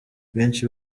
benshi